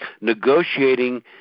Negotiating